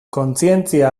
kontzientzia